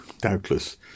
doubtless